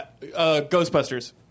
Ghostbusters